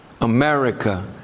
America